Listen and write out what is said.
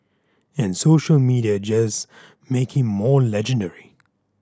and social media just make him more legendary